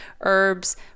herbs